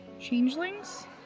Changelings